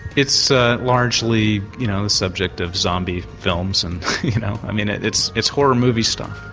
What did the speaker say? it's ah largely, you know, the subject of zombie films and you know it's it's horror movie stuff.